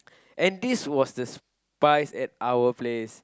and this was the spize at our place